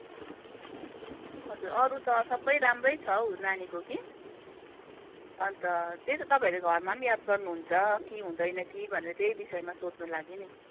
हजुर अरू त सबै राम्रै छ हौ नानीको कि अन्त त्यही त तपाईँहरूले घरमा पनि याद गर्नुहुन्छ कि हुँदैन कि भनेर त्यही विषयमा सोध्नुको लागि नि